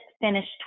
finished